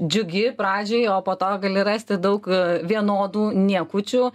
džiugi pradžioj o po to gali rasti daug vienodų niekučių